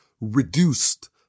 reduced